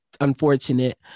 unfortunate